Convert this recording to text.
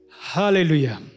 hallelujah